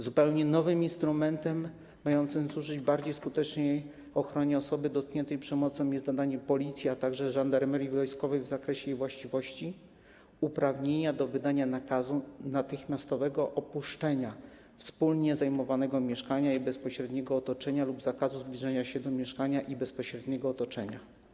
Zupełnie nowym instrumentem mającym służyć bardziej skutecznej ochronie osoby dotkniętej przemocą jest dodanie Policji, a także Żandarmerii Wojskowej w zakresie jej właściwości uprawnienia do wydania nakazu natychmiastowego opuszczenia wspólnie zajmowanego mieszkania i bezpośredniego otoczenia lub zakazu zbliżania się do mieszkania i bezpośredniego otoczenia.